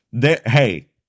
Hey